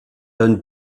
donne